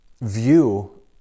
view